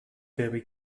perry